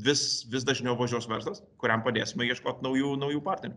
vis vis dažniau važiuos verslas kuriam padėsime ieškot naujų naujų partnerių